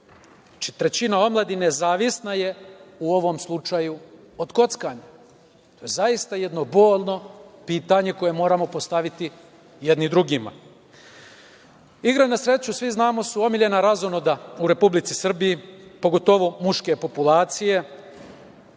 je trećina omladine zavisna, u ovom slučaju, od kockanja? Zaista jedno bolno pitanje koje moramo postaviti jedni drugima. Igre na sreću, svi znamo, su omiljena razonoda u Republici Srbiji, pogotovo muške populacije,